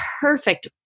perfect